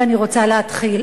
ואני רוצה להתחיל.